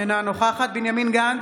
אינה נוכחת בנימין גנץ,